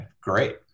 great